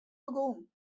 begûn